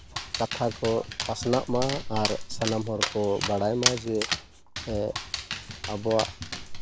ᱠᱟᱛᱷᱟ ᱠᱚ ᱯᱟᱥᱱᱟᱜᱼᱢᱟ ᱟᱨ ᱥᱟᱱᱟᱢ ᱦᱚᱲ ᱠᱚ ᱵᱟᱲᱟᱭ ᱢᱟ ᱡᱮ ᱟᱵᱚᱣᱟᱜ